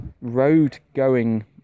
road-going